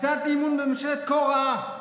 הצעת אי-אמון בממשלה כה רעה,